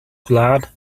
gwlad